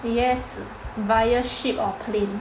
yes via ship or plane